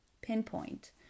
pinpoint